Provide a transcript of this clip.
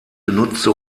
genutzte